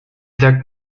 sagt